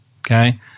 okay